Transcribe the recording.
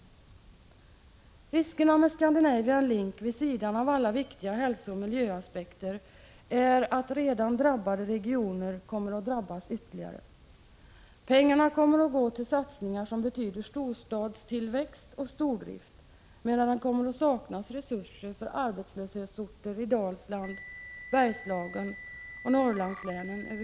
Riskerna med ScanLink, vid sidan av alla viktiga hälsooch miljöaspekter, är att redan drabbade regioner kommer att drabbas ytterligare. Pengarna kommer att gå till satsningar som betyder storstadstillväxt och stordrift, medan det kommer att saknas resurser för arbetslöshetsorter i Dalsland, Bergslagen och Norrlandslänen.